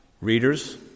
readers